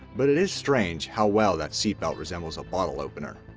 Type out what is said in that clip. but it is strange how well that seatbelt resembles a bottle opener.